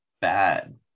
bad